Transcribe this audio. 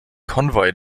konvoi